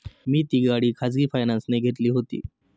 मी ती गाडी खाजगी फायनान्सने घेतली होती